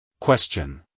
Question